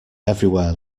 everywhere